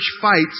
fights